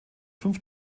fünf